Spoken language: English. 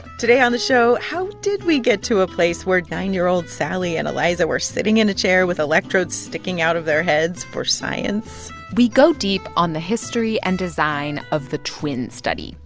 today on the show, how did we get to a place where nine year old sally and eliza were sitting in a chair with electrodes sticking out of their heads for science? we go deep on the history and design of the twin study.